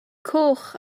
coch